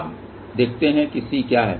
अब देखते हैं कि C क्या है